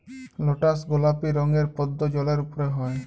lotus গলাপি রঙের পদ্দ জালের উপরে হ্যয়